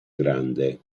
grande